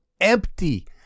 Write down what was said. empty